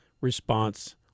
response